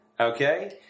okay